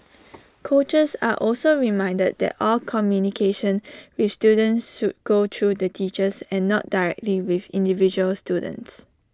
coaches are also reminded that all communication with students should go through the teachers and not directly with individual students